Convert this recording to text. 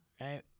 right